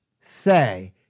say